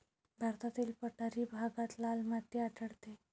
भारतातील पठारी भागात लाल माती आढळते